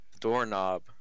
doorknob